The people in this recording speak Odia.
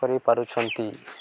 କରିପାରୁଛନ୍ତି